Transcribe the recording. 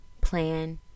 plan